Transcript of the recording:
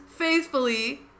faithfully